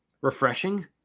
Refreshing